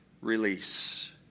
release